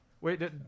Wait